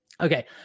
Okay